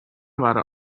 waren